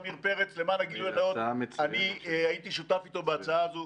למען גילו הנאות, אני הייתי שותף איתו בהצעה הזו.